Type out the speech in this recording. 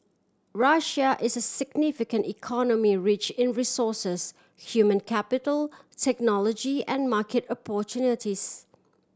Russia is a significant economy rich in resources human capital technology and market opportunities